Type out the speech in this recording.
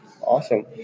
Awesome